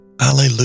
Alleluia